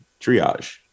triage